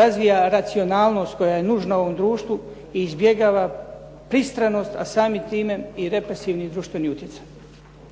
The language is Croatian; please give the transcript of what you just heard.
razvija racionalnost koja je nužna u ovom društvu i izbjegava pristranost a samim time i represivni društveni utjecaj.